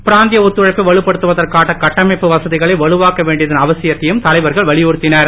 பிராந்திய ஒத்துழைப்பை வலுப்படுத்துவதற்கான கட்டமைப்பு வசதிகளை வலுவாக்க வேண்டியதன் அவசியத்தையும் தலைவர்கள் வலியுறுத்தினர்